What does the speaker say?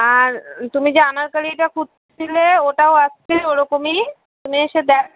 আর তুমি যে আনারকলিটা খুঁজছিলে ওটাও আসছে ওরকমই তুমি এসে দেখো